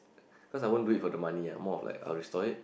cause I won't do it for the money lah more like restore it